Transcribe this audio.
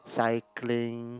cycling